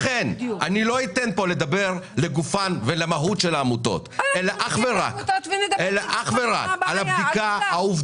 לכן אני לא אתן לדבר למהות העמותות אלא אך ורק על הבדיקה של העובדות.